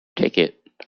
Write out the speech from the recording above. ticket